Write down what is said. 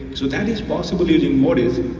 so that is possibly the modis,